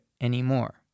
anymore